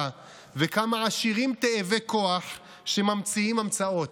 וכמה עשירים תאבי כוח שממציאים המצאות.